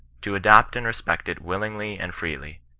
to adopt and respect it willingly and freely.